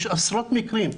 יש עשרות מקרים,